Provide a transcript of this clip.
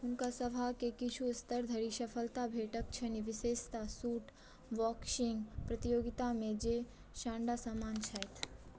हुनका सभकेँ किछु स्तर धरि सफलता भेटल छनि विशेषतः शूट बॉक्सिङ्ग प्रतियोगितामे जे सान्डा समान छैक